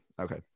Okay